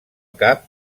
cap